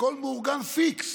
הכול מאורגן פיקס.